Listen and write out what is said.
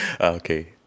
Okay